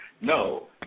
No